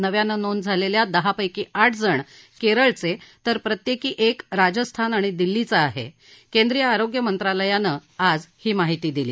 नव्यानं नोंद झालेल्या दहापैकी आठ जण केरळचे तर प्रत्येकी एक राजस्थान आणि दिल्लीचा आहे केंद्रीय आरोग्य मंत्रालयानं आज ही माहिती दिली